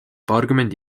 paarkümmend